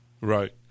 Right